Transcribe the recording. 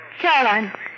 Caroline